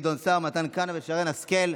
גדעון סער, מתן כהנא ושרן השכל,